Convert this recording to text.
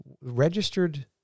registered